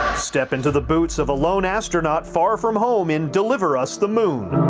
step into the boots of alone asked are not far from home in deliver us the moon.